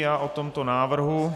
Já o tomto návrhu...